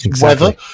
weather